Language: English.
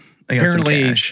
Apparently-